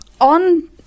on